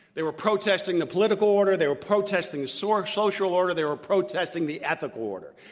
they were protesting the political order. they were protesting the sort of social order. they were protesting the ethical order,